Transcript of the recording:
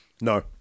No